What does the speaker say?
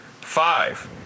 five